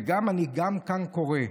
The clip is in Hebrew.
ואני גם כאן קורא,